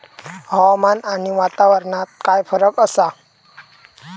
हवामान आणि वातावरणात काय फरक असा?